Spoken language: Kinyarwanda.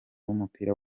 w’umupira